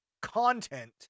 content